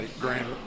Grand